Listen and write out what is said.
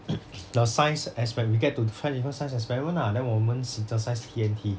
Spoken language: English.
the science as when we get to try different science experiment ah then 我们 synthesise T_N_T